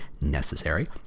necessary